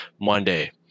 Monday